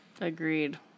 Agreed